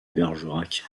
bergerac